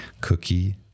cookie